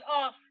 off